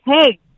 Hey